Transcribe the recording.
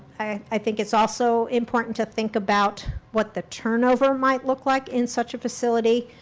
i think it's also important to think about what the turnover might look like in such facility.